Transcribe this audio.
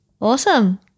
Awesome